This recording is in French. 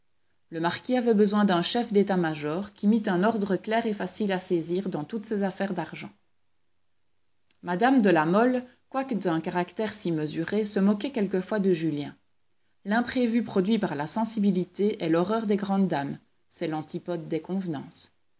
le marquis avait besoin d'un chef d'état-major qui mît un ordre clair et facile à saisir dans toutes ses affaires d'argent mme de la mole quoique d'un caractère si mesuré se moquait quelquefois de julien l'imprévu produit par la sensibilité est l'horreur des grandes dames c'est l'antipode des convenances